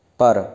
ਪਰ